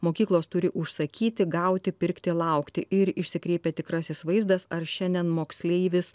mokyklos turi užsakyti gauti pirkti laukti ir išsikreipia tikrasis vaizdas ar šiandien moksleivis